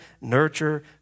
nurture